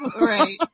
Right